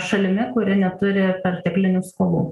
šalimi kuri neturi perteklinių skolų